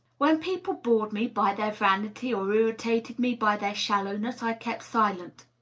when people bored me by their vanity or irritated me by their shallow ness, i kept silent.